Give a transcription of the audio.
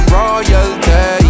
royalty